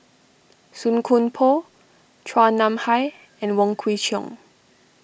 Song Koon Poh Chua Nam Hai and Wong Kwei Cheong